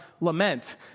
lament